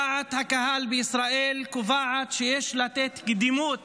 דעת הקהל בישראל קובעת שיש לתת קדימות